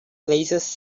places